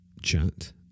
chat